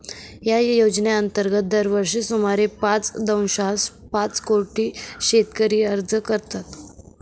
या योजनेअंतर्गत दरवर्षी सुमारे पाच दशांश पाच कोटी शेतकरी अर्ज करतात